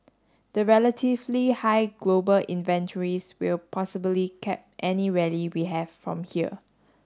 the relatively high global inventories will possibly cap any rally we have from here